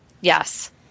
Yes